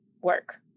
work